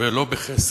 ולא בחסד,